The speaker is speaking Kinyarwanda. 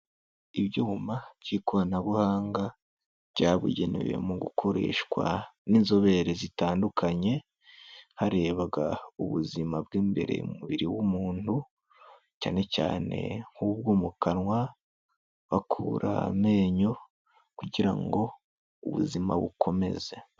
Ibyuma by'ikoranabuhanga, byabugenewe mu gukoreshwa n'inzobere zitandukanye, harebwa ubuzima bw'imbere mu mubiri w'umuntu, cyane cyane nk'ubwo mu kanwa, bakura amenyo, kugira ngo ubuzima bukomeze.